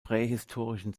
prähistorischen